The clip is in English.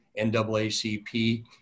NAACP